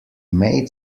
made